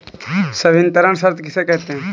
संवितरण शर्त किसे कहते हैं?